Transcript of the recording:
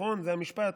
נכון שזה המשפט?